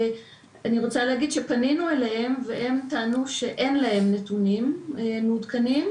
אני רוצה להגיד שפנינו אליהם והם טענו שאין להם נתונים מעודכנים.